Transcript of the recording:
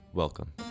Welcome